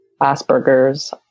Asperger's